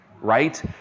right